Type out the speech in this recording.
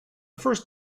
first